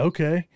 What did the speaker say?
Okay